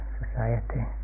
society